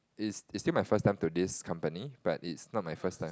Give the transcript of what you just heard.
it's it's still my first time to this company but it's not my first time